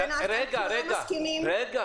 אז אנחנו לא מסכימים --- רגע.